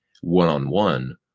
one-on-one